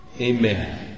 Amen